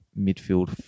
midfield